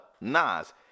Nas